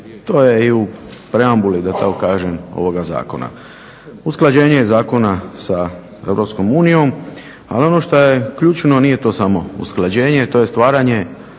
To je i u preambuli da tako kažem ovoga zakona. Usklađenje je zakona sa EU, ali ono što je ključno nije to samo usklađenje to je stvaranje